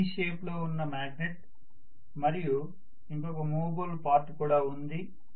ఇది C shape లో ఉన్న మాగ్నెట్ మరియు ఇంకొక మూవబుల్ పార్ట్ కూడా ఉంది